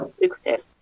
lucrative